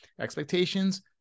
Expectations